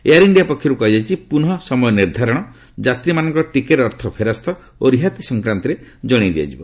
air India ପକ୍ଷରୁ କୁହାଯାଇଛି ପୁନଃ ସମୟ ନିର୍ଦ୍ଧାରଣ ଯାତ୍ରୀମାନଙ୍କର ଟିକେଟ୍ ଅର୍ଥ ଫେରସ୍ତ ଓ ରିହାତି ସଂକ୍ରାନ୍ତରେ ଜଣାଇ ଦିଆଯିବ